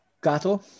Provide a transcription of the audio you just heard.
Gato